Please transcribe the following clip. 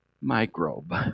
microbe